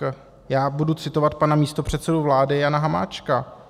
Tak já budu citovat pana místopředsedu vlády Jana Hamáčka.